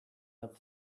that